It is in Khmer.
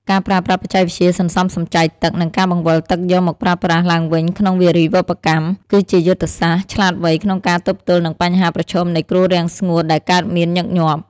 ការប្រើប្រាស់បច្ចេកវិទ្យាសន្សំសំចៃទឹក និងការបង្វិលទឹកយកមកប្រើប្រាស់ឡើងវិញក្នុងវារីវប្បកម្ម គឺជាយុទ្ធសាស្ត្រឆ្លាតវៃក្នុងការទប់ទល់នឹងបញ្ហាប្រឈមនៃគ្រោះរាំងស្ងួតដែលកើតមានញឹកញាប់។